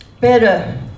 better